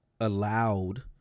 allowed